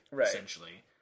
essentially